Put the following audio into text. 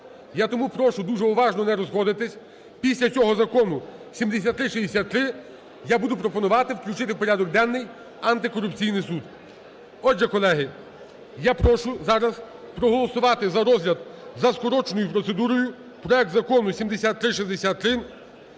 Я тому прошу дуже уважно, не розходитись. Після цього закону 7363 я буду пропонувати включити в порядок денний Антикорупційний суд. Отже, колеги, я прошу зараз проголосувати за розгляд за скороченою процедурою проект Закону 7363,